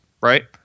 right